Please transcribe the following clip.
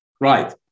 right